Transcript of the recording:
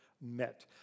met